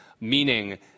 meaning